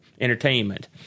Entertainment